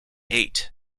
eight